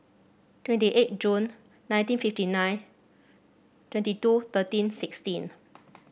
twenty eight June nineteen fifty nine twenty two thirteen sixteen